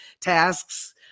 tasks